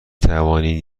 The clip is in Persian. توانید